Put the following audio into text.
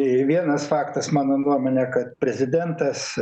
vienas faktas mano nuomone kad prezidentas